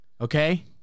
Okay